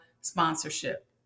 sponsorship